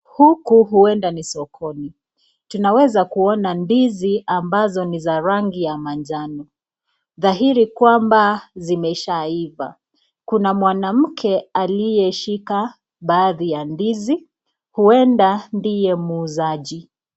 Huku ueda ni sokoni, tunaweza kuona ndizi ambazo ni za rangi ya manjano dhairi kwamba zimeshaiva. Kuna mwanamke aliyeshika baadhi ya ndizi, uede ndiye muuzaji.